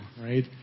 right